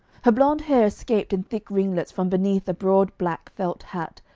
her blond hair escaped in thick ringlets from beneath a broad black felt hat,